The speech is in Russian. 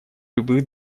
любых